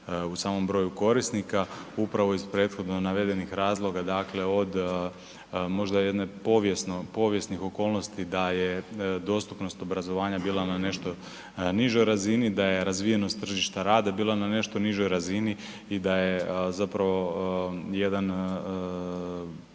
u samom broju korisnika upravo iz prethodno navedenih razloga dakle od možda jedne povijesne, povijesnih okolnosti da je dostupnost obrazovanja bila na nešto nižoj razini, da je razvijenost tržišta rada bila na nešto nižoj razini i da je zapravo jedan